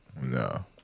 No